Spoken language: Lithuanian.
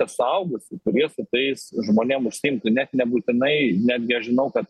suaugusių kurie su tais žmonėm užsiimtų net nebūtinai netgi aš žinau kad